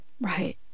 Right